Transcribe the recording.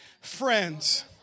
friends